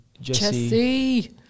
Jesse